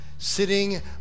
sitting